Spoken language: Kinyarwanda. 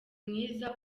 mwiza